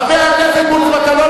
חבר הכנסת מוץ מטלון,